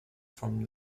from